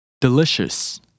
Delicious